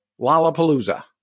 Lollapalooza